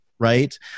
Right